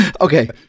Okay